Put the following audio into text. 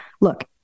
look